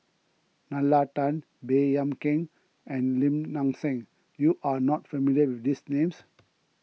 Nalla Tan Baey Yam Keng and Lim Nang Seng you are not familiar with these names